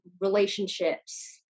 relationships